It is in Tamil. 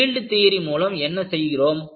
யீல்டு தியரி மூலம் என்ன செய்கிறோம்